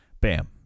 bam